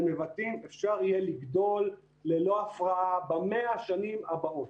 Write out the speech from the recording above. בנבטים אפשר יהיה לגדול ללא הפרעה ב-200 השנים הבאות.